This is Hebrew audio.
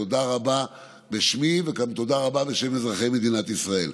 תודה רבה בשמי וגם תודה רבה בשם אזרחי מדינת ישראל.